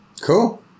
Cool